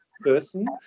person